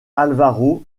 álvaro